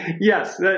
Yes